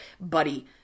buddy